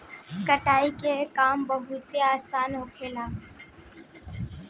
कटाई के काम बहुत आसान होखेला